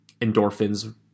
endorphins